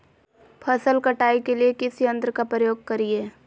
फसल कटाई के लिए किस यंत्र का प्रयोग करिये?